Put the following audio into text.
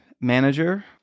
manager